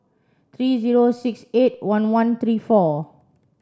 three zero six eight one one three four